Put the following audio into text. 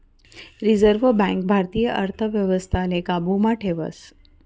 reserve bank भारतीय अर्थव्यवस्थाले काबू मा ठेवस